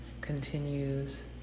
continues